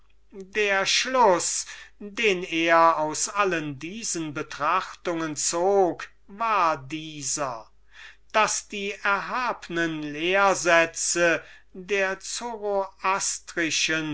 der schluß den er aus allen diesen betrachtungen und einer menge andrer womit wir unsre leser verschonen wollen zog war dieser daß die erhabnen lehrsätze der